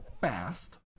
fast